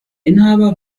inhaber